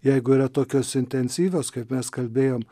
jeigu yra tokios intensyvios kaip mes kalbėjom